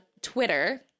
Twitter